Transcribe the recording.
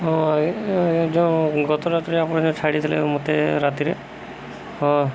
ହଁ ଆଜ୍ଞା ଏ ଯେଉଁ ଗତ ରାତ୍ରରେ ଆପଣ ଯେଉଁ ଛାଡ଼ିଥିଲେ ମୋତେ ରାତିରେ ହଁ